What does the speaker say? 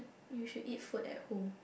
you should eat food at home